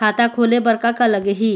खाता खोले बर का का लगही?